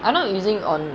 I not using on